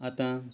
आतां